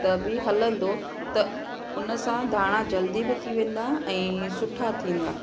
त बि हलंदो त उन सां धाणा जल्दी बि थी वेंदा ऐं सुठा थींदा